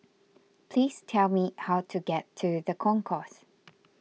please tell me how to get to the Concourse